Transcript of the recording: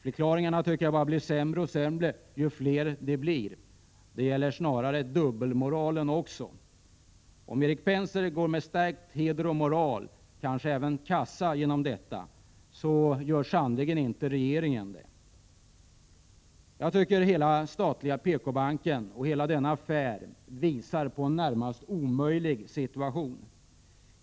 Förklaringarna blir bara sämre och sämre ju fler som kommer. Det gäller också dubbelmoralen. Om Erik Penser går med stärkt heder och moral — och kanske även stärkt kassa — ur denna affär, så gör sannerligen inte regeringen det. Denna affär, och det gäller hela den statliga PKbanken, visar på en närmast omöjlig situation.